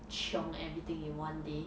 chiong everything in one day